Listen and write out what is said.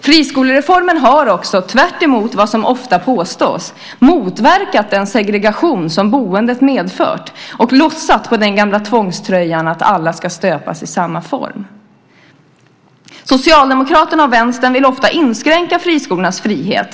Friskoleformen har också, tvärtemot vad som ofta påstås, motverkat den segregation som boendet medfört och lossat på den gamla tvångströjan att alla ska stöpas i samma form. Socialdemokraterna och vänstern vill ofta inskränka friskolornas frihet.